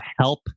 help